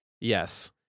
Yes